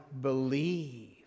believe